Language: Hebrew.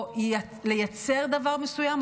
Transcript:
או לייצר דבר מסוים,